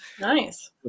nice